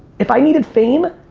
if i needed fame,